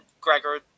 Gregor